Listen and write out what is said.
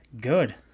good